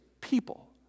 people